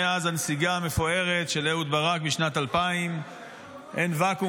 מאז הנסיגה המפוארת של אהוד ברק בשנת 2000 אין ואקום,